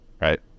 right